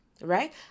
right